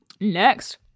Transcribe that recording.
Next